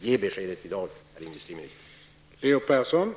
Ge ett besked i dag, herr industriminister!